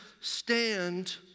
stand